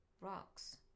Rocks